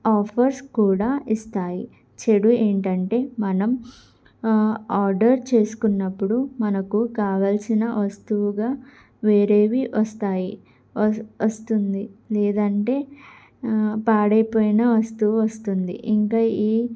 offers కూడా ఇస్తాయి చెడు ఏంటంటే మనం ఆర్డర్ చేసుకున్నప్పుడు మనకు కావాల్సిన వస్తువుగా వేరేవి వస్తాయి వ వస్తుంది లేదంటే పాడైపోయిన వస్తువు వస్తుంది ఇంకా ఈ